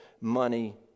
money